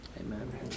Amen